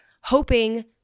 hoping